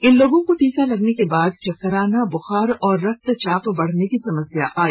इन लोगों को टीका लगने के बाद चक्कर आना बुखार और रक्तचाप बढ़ने की समस्या आई